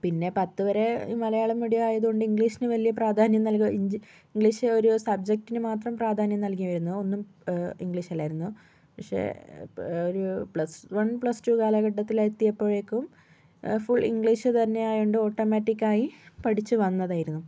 പിന്നെ പത്തുവരെ മലയാളം മീഡിയം ആയതുകൊണ്ട് ഇംഗ്ലീഷിന് വലിയ പ്രാധാന്യം നൽകുക ഇംഗ്ലീഷ് ഒരു സബ്ജെക്ടിന് മാത്രം പ്രാധാന്യം നൽകി വരുന്നു ഒന്നും ഇംഗ്ലീഷ് അല്ലായിരുന്നു പക്ഷെ ഒരു പ്ലസ്വൺ പ്ലസ്ടു കാലഘട്ടത്തിൽ എത്തിയപ്പോഴേക്കും ഫുൾ ഇംഗ്ലീഷ് തന്നെ ആയതുകൊണ്ട് ഓട്ടോമാറ്റിക് ആയി പഠിച്ച് വന്നതായിരുന്നു